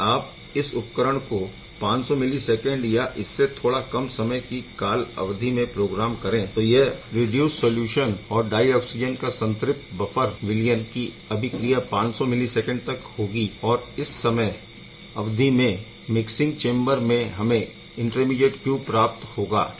यदि आप इस उपकरण को 500 मिलीसैकेन्ड या इससे थोड़ा कम समय की काल अवधि से प्रोग्राम करें तो यह रिडीयूस्ड सौल्यूशन और डाय ऑक्सिजन का संतृप्त बफर विलयन की अभिक्रिया 500 मिलीसैकेन्ड तक होगी और इस समय अवधि में मिक्सिंग चेम्बर में हमें इंटरमीडीएट Q प्राप्त होगा